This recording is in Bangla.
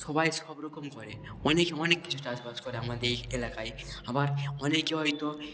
সবাই সব রকম করে অনেকে অনেক কিছু চাষবাস করে আমাদের এই এলাকায় আবার অনেকে হয়তো